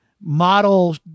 model